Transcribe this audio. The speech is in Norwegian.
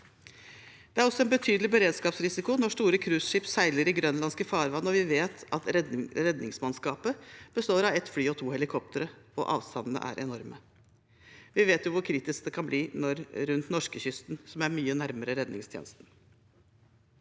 Det er også en betydelig beredskapsrisiko at store cruiseskip seiler i grønlandske farvann når vi vet at redningsmannskapet består av ett fly og to helikoptre og at avstandene er enorme. Vi vet jo hvor kritisk det kan bli rundt norskekysten, som er mye nærmere redningstjenesten.